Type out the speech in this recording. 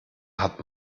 hat